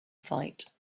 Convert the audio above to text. fight